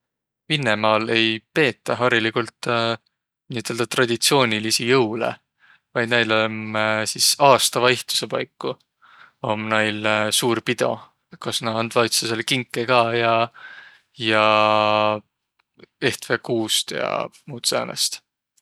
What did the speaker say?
Vinnemaal ei peetäq hariligult niiüteläq traditsiooniliidsi jõulõ, vaid näil om sis aastavaihtusõ paiku om näil suur pido, kos nä andvaq ütstõõsõlõ kinke ka ja, ja ehtväq kuust ja muud säänest.